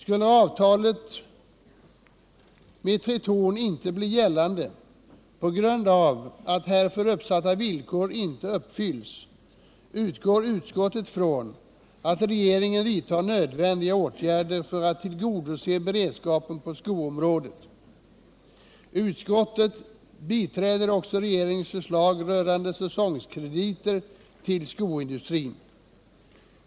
Skulle avtalet med Tretorn inte bli gällande på grund av att härför uppsatta villkor inte uppfylls utgår utskottet från att regeringen vidtar nödvändiga åtgärder för att tillgodose beredskapen på skoområdet. Utskottet biträder också regeringens förslag rörande säsongkrediter till skoindustrin.